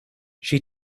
she